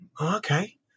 okay